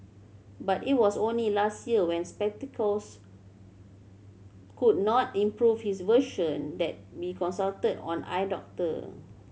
but it was only last year when spectacles could not improve his vision that be consulted on eye doctor